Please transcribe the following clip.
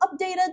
updated